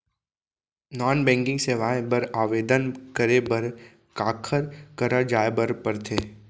non banking सेवाएं बर आवेदन करे बर काखर करा जाए बर परथे